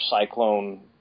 cyclone